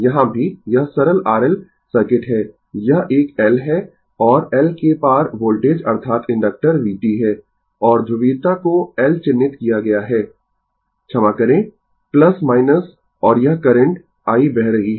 यहां भी यह सरल RL सर्किट है यह एक L है और L के पार वोल्टेज अर्थात इंडक्टर vt है और ध्रुवीयता को L चिह्नित किया गया हैI क्षमा करें और यह करंट i बह रही है